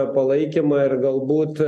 palaikymą ir galbūt